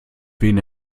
wen